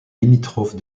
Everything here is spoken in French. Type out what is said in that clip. limitrophe